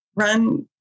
run